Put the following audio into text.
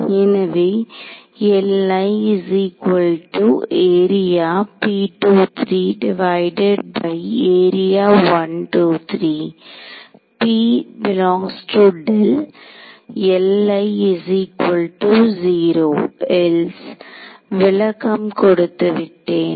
எனவே விளக்கம் கொடுத்து விட்டேன்